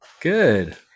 Good